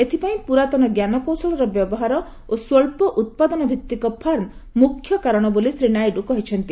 ଏଥିପାଇଁ ପୂରାତନ ଜ୍ଞାନକୌଶଳର ବ୍ୟବହାର ଓ ସ୍ୱଚ୍ଚ ଉତ୍ପାଦନଭିତ୍ତିକ ଫାର୍ମ ମୁଖ୍ୟ କାରଣ ବୋଲି ଶ୍ରୀ ନାଇଡୁ କହିଛନ୍ତି